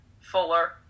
Fuller